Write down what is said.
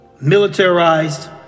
militarized